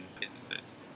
businesses